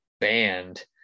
band